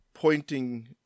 pointing